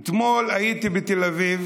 אתמול הייתי בתל אביב.